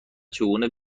چگونه